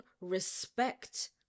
respect